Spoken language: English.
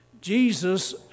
Jesus